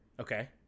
okay